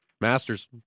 Masters